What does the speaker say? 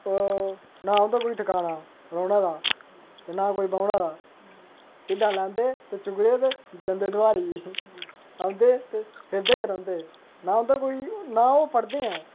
नां उं'दा कोई ठकाना रौ्हना दा ते ना कोई बौह्ना दा लैंदे ते चुकदे ते जंदे दुआरी औंदे ते फिरदे गै रौंह्दे ना उं'दा कोई ना ओह् पढ़दे ऐ